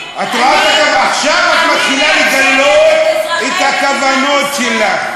את רואה, עכשיו את מתחילה לגלות את הכוונות שלך.